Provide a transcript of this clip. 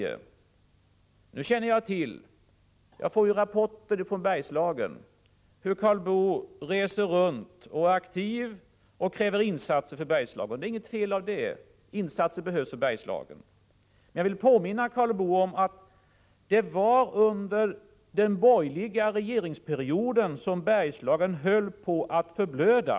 Eftersom jag får rapporter från Bergslagen känner jag till hur Karl Boo reser runt och är aktiv och kräver insatser för Bergslagen. Det är inte något fel med det — insatser behövs för Bergslagen. Men jag vill påminna Karl Boo om att det var under den borgerliga regeringsperioden som Bergslagen höll på att förblöda.